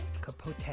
Capote